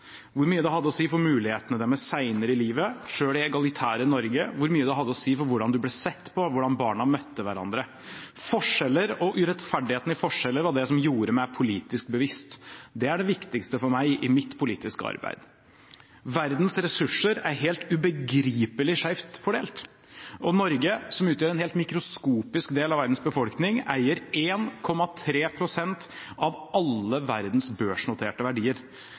hvor mye det hadde å si for mulighetene deres senere i livet, selv i egalitære Norge, hvor mye det hadde å si for hvordan en ble sett på, hvordan barna møtte hverandre. Forskjeller og urettferdigheten i forskjeller var det som gjorde meg politisk bevisst. Det er det viktigste for meg i mitt politiske arbeid. Verdens ressurser er helt ubegripelig skjevt fordelt, og Norge, som utgjør en helt mikroskopisk del av verdens befolkning, eier 1,3 pst. av alle verdens børsnoterte verdier.